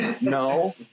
No